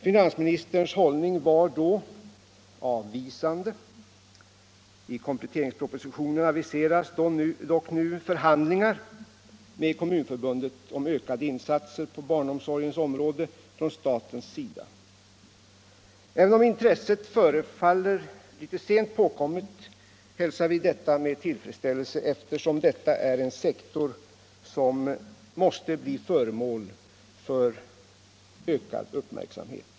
Finansministerns hållning var då avvisande. I kompletteringspropositionen aviseras dock nu förhandlingar med Kommunförbundet om ökade insatser på barnomsorgens område från statens sida. Även om intresset förefaller litet sent påkommet hälsar vi det med tillfredsställelse, eftersom detta är en sektor som måste bli föremål för ökad uppmärksamhet.